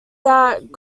that